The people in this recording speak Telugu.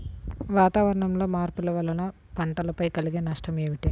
వాతావరణంలో మార్పుల వలన పంటలపై కలిగే నష్టం ఏమిటీ?